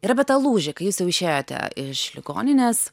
ir apie tą lūžį kai jūs jau išėjote iš ligoninės